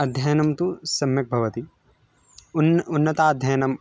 अध्ययनं तु सम्यक् भवति उन्न् उन्नताध्ययनं